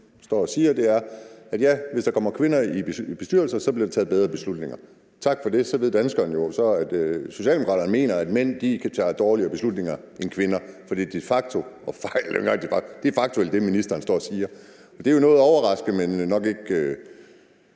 står og siger, er, at ja, hvis der kommer kvinder i bestyrelser, så bliver der taget bedre beslutninger. Tak for det, så ved danskerne jo, at Socialdemokraterne mener, at mænd tager dårligere beslutninger end kvinder. Det er faktuelt det, ministeren står og siger. Det er noget overraskende, vil